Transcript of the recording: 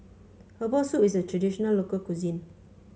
Herbal Soup is a traditional local cuisine